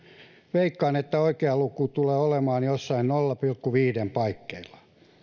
veikkaan että oikea luku tulee olemaan jossain nolla pilkku viiden paikkeilla